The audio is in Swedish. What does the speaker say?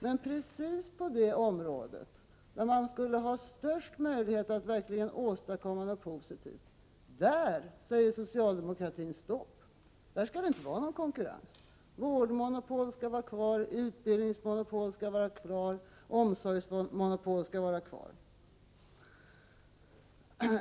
Men precis på det området, där man skulle ha störst möjlighet att verkligen åstadkomma något positivt, där säger socialdemokratin stopp. Där skall det inte vara någon konkurrens. Vårdmonopol skall vara kvar. Utbildningsmonopol skall vara kvar. Omsorgsmonopol skall vara kvar.